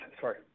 sorry